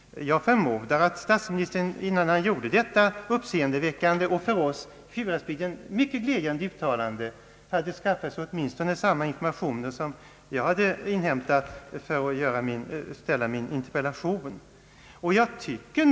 Jag förmodar att statsministern innan han gjorde sitt uppseendeväckande och för oss i Sjuhäradsbygden mycket glädjande uttalande hade skaffat sig åtminstone samma informationer som de jag hade inhämtat för att framställa min interpellation.